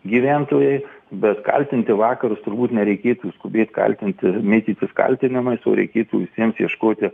gyventojai bet kaltinti vakarus turbūt nereikėtų skubėt kaltinti mėtytis kaltinimais o reikėtų visiems ieškoti